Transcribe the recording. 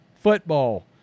football